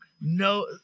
No